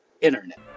internet